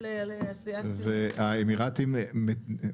האמירתים נדלקו על זה,